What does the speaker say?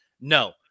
no